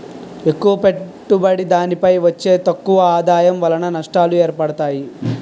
ఎక్కువ పెట్టుబడి దానిపై వచ్చే తక్కువ ఆదాయం వలన నష్టాలు ఏర్పడతాయి